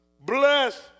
bless